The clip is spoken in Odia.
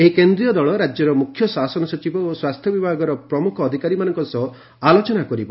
ଏହି କେନ୍ଦ୍ରୀୟ ଦଳ ରାଜ୍ୟର ମୁଖ୍ୟ ଶାସନ ସଚିବ ଓ ସ୍ୱାସ୍ଥ୍ୟବିଭାଗର ପ୍ରମୁଖ ଅଧିକାରୀମାନଙ୍କ ସହ ଆଲୋଚନା କରିବ